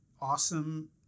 awesome